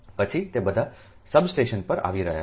પછી તે બધા સબ સ્ટેશન પર આવી રહ્યા છે